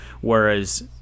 Whereas –